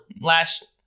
last